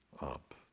up